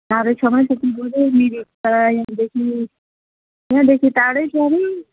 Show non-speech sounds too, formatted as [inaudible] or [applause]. [unintelligible] मिरिक त यहाँदेखि यहाँदेखि टाढै छ नि